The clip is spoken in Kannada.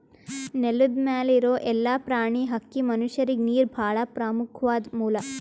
ನೆಲದ್ ಮ್ಯಾಲ್ ಇರೋ ಎಲ್ಲಾ ಪ್ರಾಣಿ, ಹಕ್ಕಿ, ಮನಷ್ಯರಿಗ್ ನೀರ್ ಭಾಳ್ ಪ್ರಮುಖ್ವಾದ್ ಮೂಲ